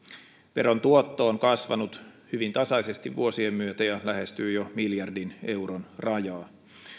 veron tuotto on kasvanut hyvin tasaisesti vuosien myötä ja lähestyy jo miljardin euron rajaa